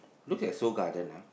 look at Seoul-Garden ah